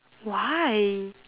why